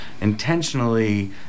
intentionally